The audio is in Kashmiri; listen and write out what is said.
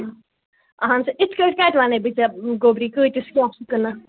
اہَن سا یِتھٕ پٲٹھۍ کَتہِ وَنے بہٕ ژےٚ گوٚبری کۭتِس کیٛاہ چھِ کٕنان